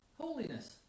holiness